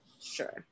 Sure